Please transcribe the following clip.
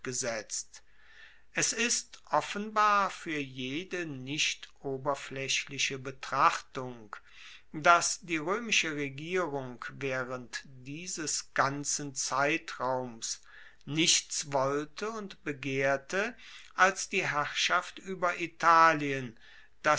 gesetzt es ist offenbar fuer jede nicht oberflaechliche betrachtung dass die roemische regierung waehrend dieses ganzen zeitraums nichts wollte und begehrte als die herrschaft ueber italien